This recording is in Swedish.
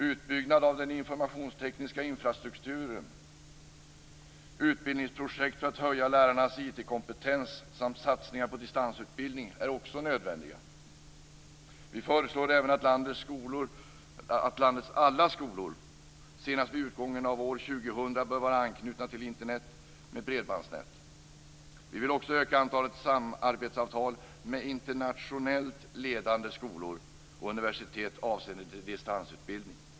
Utbyggnad av den informationstekniska infrastrukturen, utbildningsprojekt för att höja lärarnas IT-kompetens samt satsningar på distansutbildning är också nödvändiga. Vi föreslår även att landets alla skolor senast vid utgången av år 2000 bör vara anknutna till Internet med bredbandsnät. Vi vill också öka antalet samarbetsavtal med internationellt ledande skolor och universitet avseende distansutbildning.